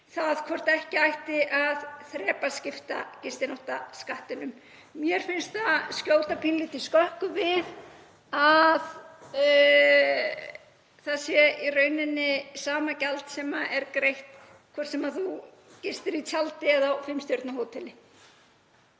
hvort ekki ætti að þrepaskipta gistináttaskattinum. Mér finnst skjóta pínulítið skökku við að það sé í rauninni sama gjald sem er greitt hvort sem gist er í tjaldi eða á fimm stjörnu hóteli.